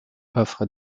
offre